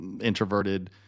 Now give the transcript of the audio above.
introverted